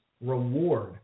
reward